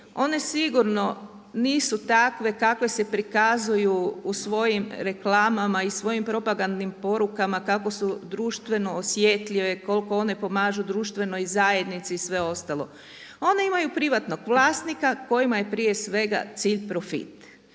one sigurno nisu takve kakve se prikazuju u svojim reklamama i svojim propagandnim porukama kako su društveno osjetljive, koliko one pomažu društvenoj zajednici i sve ostale, one imaju privatnog vlasnika kojima je prije svega cilj profit.